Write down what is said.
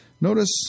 Notice